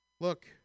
Look